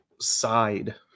side